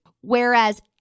whereas